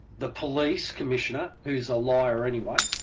the police commissioner, who is a liar anyway,